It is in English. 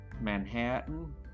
manhattan